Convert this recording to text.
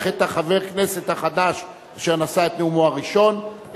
את חבר הכנסת החדש שנשא את נאומו הראשון,